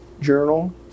journal